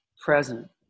present